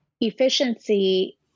efficiency